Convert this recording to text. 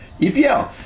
EPL